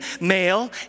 Male